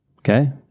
Okay